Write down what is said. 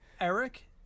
Eric